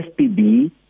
SPB